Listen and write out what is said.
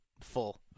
full